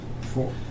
Four